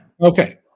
Okay